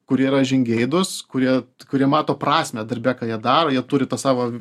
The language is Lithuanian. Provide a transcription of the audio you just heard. kurie yra žingeidūs kurie kurie mato prasmę darbe ką jie daro jie turi tą savo